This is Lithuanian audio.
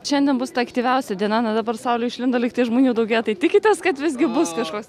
šiandien bus ta aktyviausia diena nuo dabar sauliui išlindo likti žmonių daugėja tai tikitės kad visgi bus kažkoks